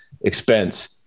expense